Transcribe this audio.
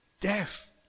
Death